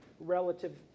relative